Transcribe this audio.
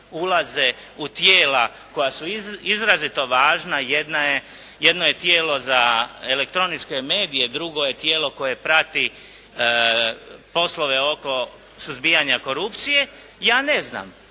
ulaze u tijela koja su izrazito važna. Jedna je, jedno je tijelo za elektroničke medije, drugo je tijelo koje prati poslove oko suzbijanja korupcije ja ne znam.